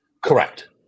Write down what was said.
correct